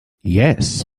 yes